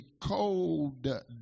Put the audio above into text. cold